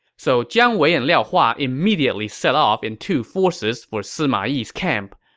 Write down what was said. so jiang wei and liao hua immediately set off in two forces for sima yi's camp.